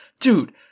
dude